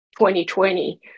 2020